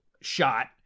shot